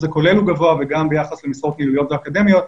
הכולל הוא גבוה וגם ביחס למשרות ניהוליות ואקדמיות.